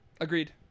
Agreed